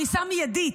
הריסה מיידית,